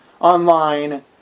online